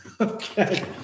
Okay